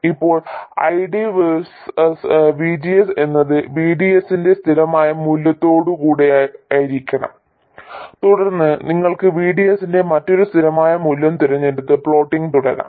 ഇപ്പോൾ ID versus VGS എന്നത് VDS ന്റെ സ്ഥിരമായ മൂല്യത്തോടുകൂടിയതായിരിക്കും തുടർന്ന് നിങ്ങൾക്ക് VDS ന്റെ മറ്റൊരു സ്ഥിരമായ മൂല്യം തിരഞ്ഞെടുത്ത് പ്ലോട്ടിംഗ് തുടരാം